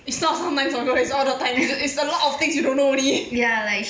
it's not sometimes orh girl is all the time is is a lot of things you don't know only